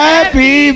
Happy